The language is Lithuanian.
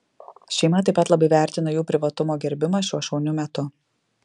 šeima taip pat labai vertina jų privatumo gerbimą šiuo šauniu metu